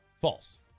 False